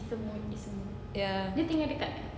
ya